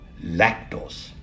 lactose